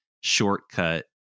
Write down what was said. shortcut